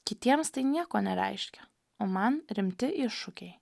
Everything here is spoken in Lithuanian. kitiems tai nieko nereiškia o man rimti iššūkiai